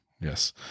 Yes